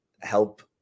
help